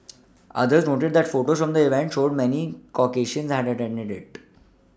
others noted that photos from the event showed many Caucasians had attended it